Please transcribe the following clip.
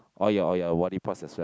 all your all your body parts as well